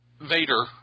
Vader